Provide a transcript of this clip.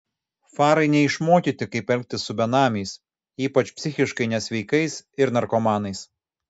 farai neišmokyti kaip elgtis su benamiais ypač psichiškai nesveikais ir narkomanais